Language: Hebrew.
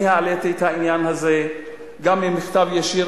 אני העליתי את העניין הזה גם במכתב ישיר